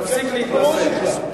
תפסיק להתנשא.